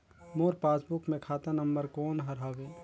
मोर passbook मे खाता number कोन हर हवे?